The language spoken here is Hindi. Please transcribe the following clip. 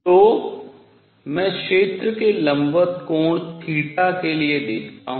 तो मैं क्षेत्र के लंबवत कोण θ के लिए देखता हूँ